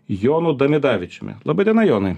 jonu damidavičiumi laba diena jonai